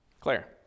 Claire